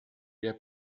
der